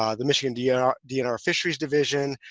um the michigan dnr dnr fisheries division,